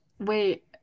Wait